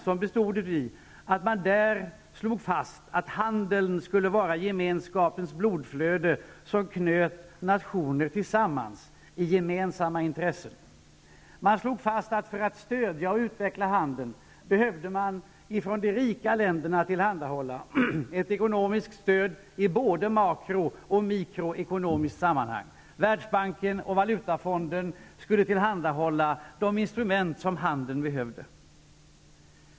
Man slog där fast att handeln skulle vara gemenskapens blodflöde, som knöt nationer tillsammans i gemensamma intressen. För att handeln skulle utvecklas behövdes att de rika länderna tillhandahöll ett ekonomiskt stöd i både makro och mikroekonomiska sammanhang. Världsbanken och Valutafonden skulle tillhandahålla de instrument handeln behövde.